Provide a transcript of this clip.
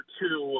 two